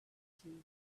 two